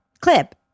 clip